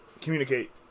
communicate